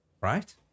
right